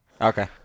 Okay